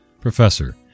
Professor